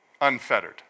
unfettered